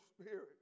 spirit